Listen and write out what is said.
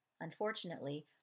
Unfortunately